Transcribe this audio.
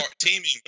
teaming